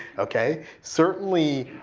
okay? certainly,